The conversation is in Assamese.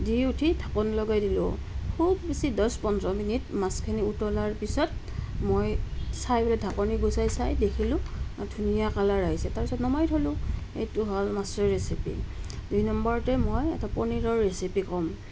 দি উঠি ঢাকোন লগাই দিলোঁ খুব বেছি দহ পোন্ধৰ মিনিট মাছখিনি উতলাৰ পিছত মই চাই ঢাকনী গুছাই চাই দেখিলোঁ ধুনীয়া কালাৰ আহিছে তাৰ পাছত নমাই থ'লোঁ এইটো হ'ল মাছৰ ৰেচিপি দুই নম্বৰতে মই এটা পনিৰৰ ৰেচিপি ক'ম